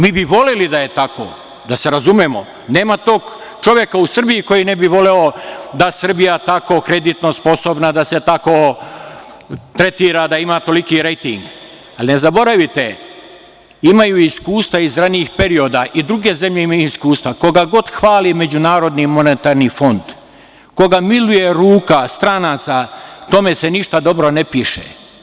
Mi bi voleli da je tako, da se razumemo, nema tog čoveka u Srbiji koji ne bi voleo da je Srbija tako kreditno sposobna, da se tako tretira, da ima toliki rejting, ali ne zaboravite, imaju iskustva iz ranijih perioda, i druge zemlje imaju iskustva, koga god hvali Međunarodni monetarni fond, koga miluje ruka stranaca, tome se ništa dobro ne piše.